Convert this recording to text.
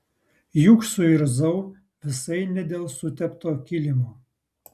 juk suirzau visai ne dėl sutepto kilimo